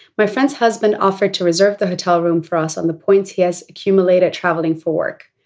my friend's husband offered to reserve the hotel room for us on the points he has accumulated traveling for work.